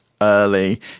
early